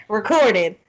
recorded